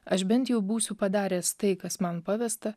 aš bent jau būsiu padaręs tai kas man pavesta